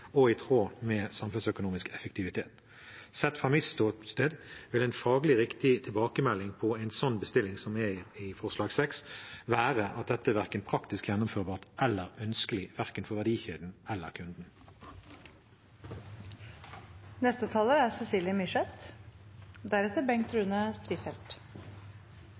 og i tråd med samfunnsøkonomisk effektivitet. Sett fra mitt ståsted vil en faglig riktig tilbakemelding på en sånn bestilling som er i forslag VI, være at dette ikke er praktisk gjennomførbart eller ønskelig, verken for verdikjeden eller kunden. Butikken er